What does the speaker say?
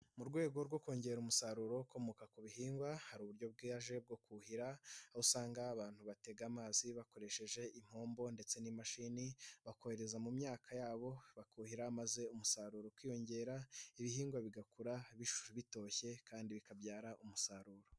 Mu rwego rwo kongera umusaruro ukomoka ku bihingwa, hari uburyo bwaje bwo kuhira, aho usanga abantu batega amazi bakoresheje impombo, ndetse n'imashini, bakohereza mu myaka yabo, bakuhira maze umusaruro ukiyongera, ibihingwa bigakura bitoshye kandi bikabyara umusaruro.